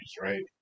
right